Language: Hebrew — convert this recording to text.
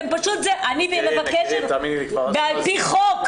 אני מבקשת לשמור על פי חוק